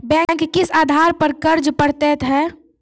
Bank किस आधार पर कर्ज पड़तैत हैं?